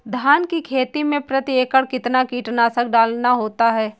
धान की खेती में प्रति एकड़ कितना कीटनाशक डालना होता है?